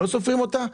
לא סופרים אותה?